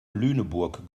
lüneburg